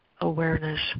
awareness